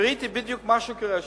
בדיוק מה שקורה שם,